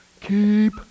Keep